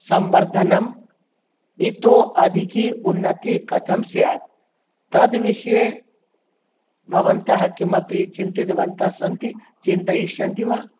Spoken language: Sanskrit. संवर्धनम् इतोपि अधिका उन्नतिः कथं स्यात् तद्विषये भवन्तः किमपि चिन्तितवन्तः सन्ति चिन्तयिष्यन्ति वा